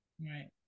Right